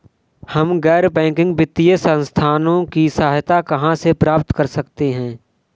हम गैर बैंकिंग वित्तीय संस्थानों की सहायता कहाँ से प्राप्त कर सकते हैं?